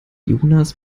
jonas